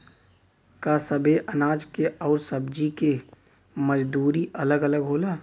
का सबे अनाज के अउर सब्ज़ी के मजदूरी अलग अलग होला?